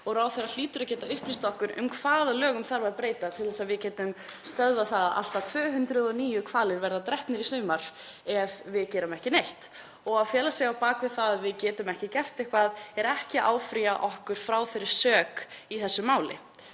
og ráðherra hlýtur að geta upplýst okkur um hvaða lögum þarf að breyta til þess að við getum stöðvað það að allt að 209 hvalir verði drepnir í sumar, þ.e. ef við gerum ekki neitt. Að fela sig á bak við það að við getum ekki gert eitthvað leysir okkur ekki undan þeirri sök í þessu máli.